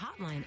hotline